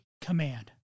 command